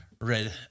red